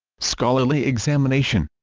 scholarly examination